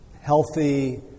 healthy